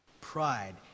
Pride